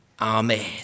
Amen